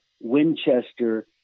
Winchester